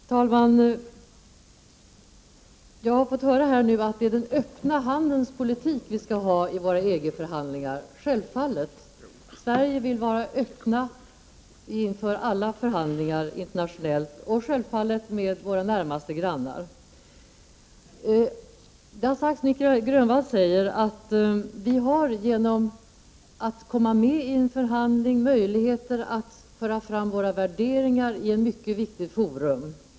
Herr talman! Jag har fått höra att vi skall föra den öppna handens politik i våra EG-förhandlingar. Självfallet vill Sverige vara öppet inför alla förhandlingar internationellt och med våra närmaste grannar. Nic Grönvall har sagt att Sverige genom att komma med i en förhandling har möjlighet att föra fram våra värderingar i ett mycket viktigt forum.